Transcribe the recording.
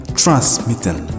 transmitting